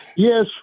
Yes